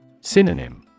Synonym